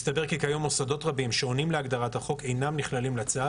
מסתבר כי כיום מוסדות רבים שעונים להגדרת החוק אינם נכללים בצו